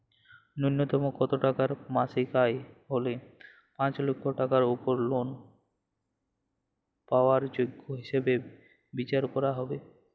ন্যুনতম কত টাকা মাসিক আয় হলে পাঁচ লক্ষ টাকার উপর লোন পাওয়ার যোগ্য হিসেবে বিচার করা হবে?